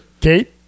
Kate